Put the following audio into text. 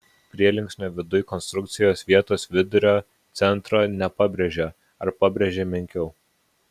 prielinksnio viduj konstrukcijos vietos vidurio centro nepabrėžia ar pabrėžia menkiau